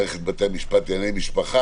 למערכת בתי המשפט לענייני משפחה,